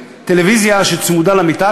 טלוויזיה שצמודה למיטה,